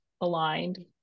aligned